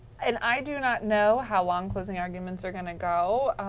and i do not know how long closing arguments are going to go.